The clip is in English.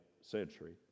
century